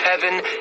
heaven